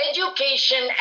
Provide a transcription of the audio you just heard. Education